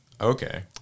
Okay